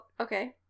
okay